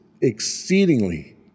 exceedingly